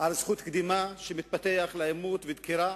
על זכות קדימה, שמתפתח לעימות, ודקירה,